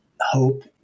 hope